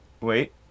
Wait